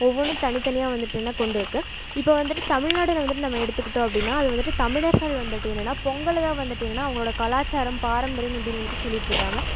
ஒவ்வொன்றும் தனித்தனியாக வந்துவிட்டு என்ன கொண்டு இருக்கு இப்போ வந்துவிட்டு தமிழ்நாடுன்னு வந்துவிட்டு நம்ம எடுத்துக்கிட்டோம் அப்படின்னா அது வந்துவிட்டு தமிழர்கள் வந்துவிட்டு என்னென்னா பொங்கலை தான் வந்துவிட்டு என்னென்னா அவங்களோட கலாச்சாரம் பாரம்பரியம் இப்படின்னு வந்துவிட்டு சொல்லிட்டுருக்காங்க